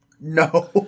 No